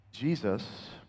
Jesus